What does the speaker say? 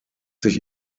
sich